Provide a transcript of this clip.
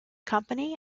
company